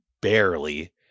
barely